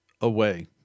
away